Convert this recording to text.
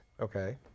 Okay